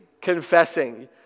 confessing